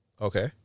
Okay